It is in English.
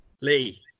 Lee